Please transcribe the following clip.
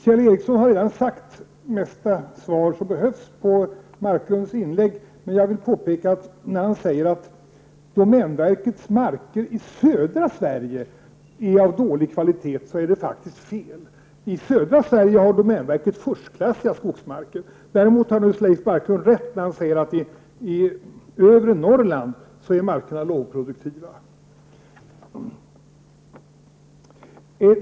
Kjell Ericsson har redan bemött det mesta av det som behöver bemötas i Leif Marklunds inlägg, men jag vill påpeka att när han säger att domänverkets mark i södra Sverige är av dålig kvalitet, är det faktiskt fel. I södra Sverige har domänverket förstklassiga skogsmarker. Däremot har Leif Marklund rätt när han säger att markerna i övre Norrland är lågproduktiva.